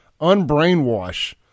unbrainwash